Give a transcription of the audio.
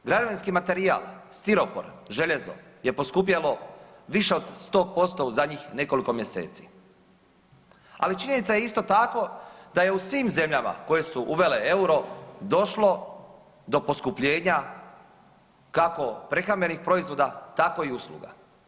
Građevinski materijal, stiropor, željezo je poskupjelo više od 100% u zadnjih nekoliko mjeseci ali činjenica je isto tako da je u svim zemljama koje su uvele EUR-o došlo do poskupljenja kako prehrambenih proizvoda tako i usluga.